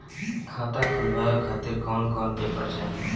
खाता खुलवाए खातिर कौन कौन पेपर चाहीं?